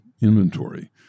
inventory